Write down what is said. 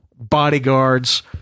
bodyguards